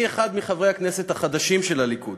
אני אחד מחברי הכנסת החדשים של הליכוד,